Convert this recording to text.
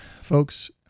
folks